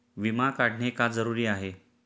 विमा काढणे का जरुरी आहे?